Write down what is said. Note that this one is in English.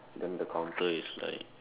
then the counter is like